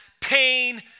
pain